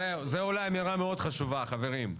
זו אמירה מאוד חשובה חברים.